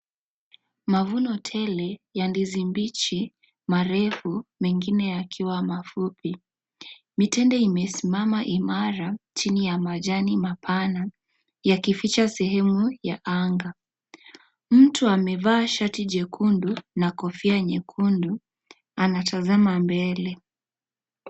Mavuno tele, ya ndizi mbichi, marefu, mengine yakiwa mafupi, mitende imesimama imara, chini ya majani mapana, yakificha sehemu, ya anga, mtu amevaa shati jekundu, na kofia nyekundu, anatazama mbele.